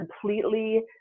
completely